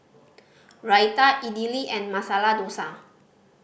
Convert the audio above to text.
Raita Idili and Masala Dosa